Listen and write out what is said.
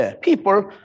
People